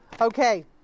Okay